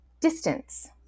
distance